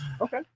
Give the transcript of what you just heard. Okay